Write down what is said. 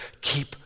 keep